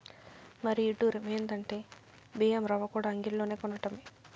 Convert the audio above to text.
మరీ ఇడ్డురం ఎందంటే బియ్యం రవ్వకూడా అంగిల్లోనే కొనటమే